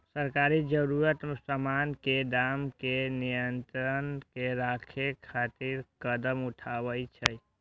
सरकार जरूरी सामान के दाम कें नियंत्रण मे राखै खातिर कदम उठाबै छै